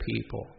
people